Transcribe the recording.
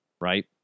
right